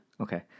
Okay